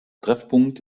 treffpunkt